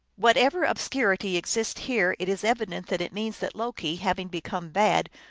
whatever ob scurity exists here, it is evident that it means that loki, having become bad,